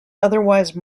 otherwise